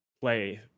play